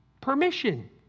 Permission